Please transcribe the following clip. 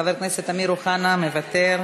חבר הכנסת אמיר אוחנה, מוותר.